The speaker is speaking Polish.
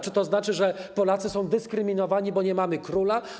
Czy to znaczy, że Polacy są dyskryminowani, bo nie mamy króla?